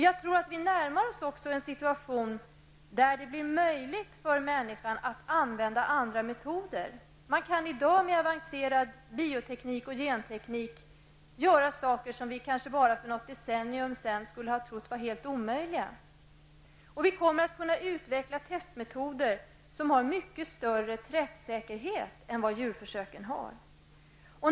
Jag tror att vi också närmar oss en situation, där det blir möjligt för människan att använda sig av andra metoder. Man kan ju i dag med avancerad bioteknik och genteknik göra saker som för bara något decennium sedan kanske skulle ha ansetts vara en omöjlighet. Det kommer också att vara möjligt att utveckla testmetoder som har mycket större träffsäkerhet än vad djurförsöken har.